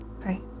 Okay